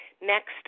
Next